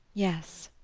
yes.